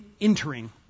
entering